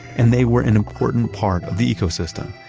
and they were an important part of the ecosystem.